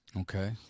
Okay